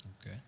Okay